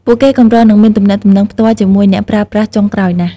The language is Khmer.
ពួកគេកម្រនឹងមានទំនាក់ទំនងផ្ទាល់ជាមួយអ្នកប្រើប្រាស់ចុងក្រោយណាស់។